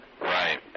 Right